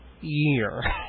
year